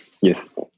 yes